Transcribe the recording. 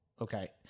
Okay